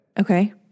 Okay